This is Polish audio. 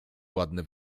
ładne